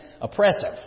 oppressive